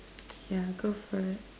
yeah go for it